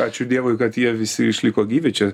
ačiū dievui kad jie visi išliko gyvi čia